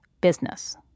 business